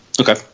Okay